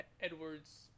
Edwards